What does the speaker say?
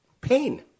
Pain